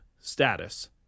status